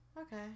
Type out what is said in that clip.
Okay